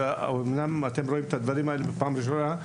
אמנם אתם רואים את הדברים האלה בפעם הראשונה,